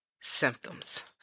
symptoms